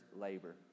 labor